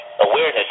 Awareness